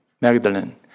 Magdalene